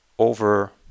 Over